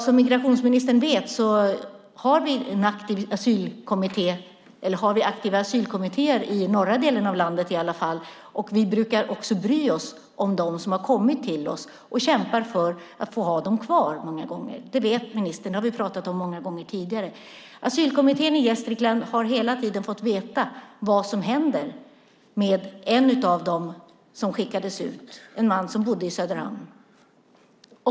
Som migrationsministern vet har vi aktiva asylkommittéer i norra delen av landet i alla fall, och vi brukar också bry oss om dem som har kommit till oss och kämpa för att få ha dem kvar. Det vet ministern. Det har vi pratat om många gånger tidigare. Asylkommittén i Gästrikland har hela tiden fått veta vad som händer med en av dem som skickades ut - en man som bodde i Söderhamn.